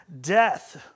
death